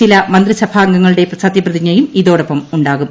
ചില മന്ത്രിസഭാംഗങ്ങളുടെ സത്യപ്രതിജ്ഞയും ഇതോടെപ്പമുണ്ടാകും